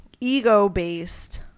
ego-based